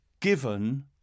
given